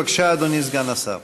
בבקשה, אדוני סגן השר.